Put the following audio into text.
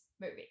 movie